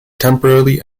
temporarily